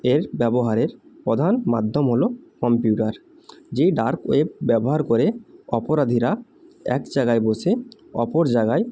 এর ব্যবহারের প্রধান মাধ্যম হলো কম্পিউটার যে ডার্ক ওয়েব ব্যবহার করে অপরাধীরা এক জায়গায় বসে অপর জায়গায়